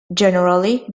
generally